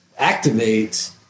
activates